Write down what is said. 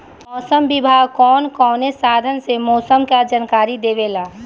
मौसम विभाग कौन कौने साधन से मोसम के जानकारी देवेला?